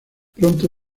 pronto